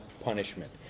punishment